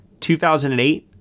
2008